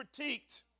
critiqued